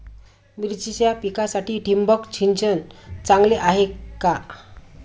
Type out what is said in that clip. मिरचीच्या पिकासाठी ठिबक सिंचन चांगले आहे का?